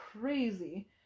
crazy